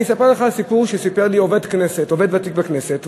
אני אספר לך סיפור שסיפר לי עובד ותיק בכנסת.